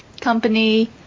company